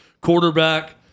quarterback